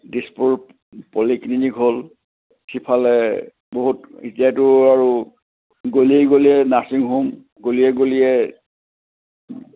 Dispur polyclinic হ'ল সিফালে বহুত এতিয়াতো আৰু গলিয়ে গলিয়ে নাছিং হোম গলিয়ে গলিয়ে